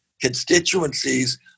constituencies